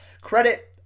Credit